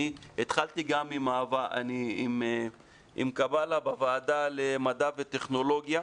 אני התחלתי גם עם חברת הכנסת קבאלה בוועדת המדע והטכנולוגיה,